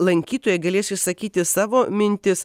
lankytojai galės išsakyti savo mintis